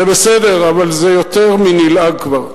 זה בסדר, אבל זה יותר מנלעג כבר.